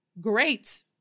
great